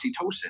oxytocin